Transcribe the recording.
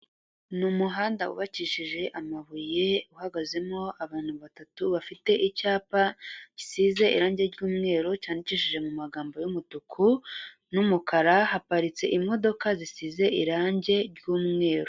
N'umuhanda wubakishije amabuye, uhagazemo abantu batatu bafite icyapa gisize irangi ry'umweru cyandikishije mu magambo y'umutuku, n'umukara haparitse imodoka zisize irangi ry'umweru.